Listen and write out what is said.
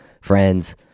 friends